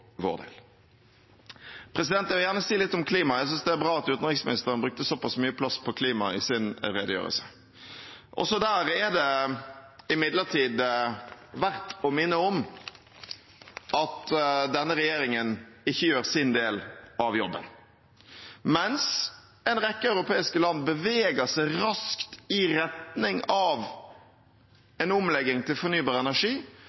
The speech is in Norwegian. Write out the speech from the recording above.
vår del. Jeg vil gjerne si noe om klima. Jeg synes det er bra at utenriksministeren brukte såpass mye plass på klima i sin redegjørelse. Også der er det imidlertid verdt å minne om at denne regjeringen ikke gjør sin del av jobben. Mens en rekke europeiske land beveger seg raskt i retning av en omlegging til fornybar energi,